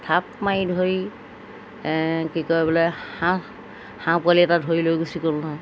থাপ মাৰি ধৰি কি কয় বোলে হাঁহ হাঁহ পোৱালি এটা ধৰি লৈ গুচি গ'ল নহয়